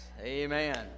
Amen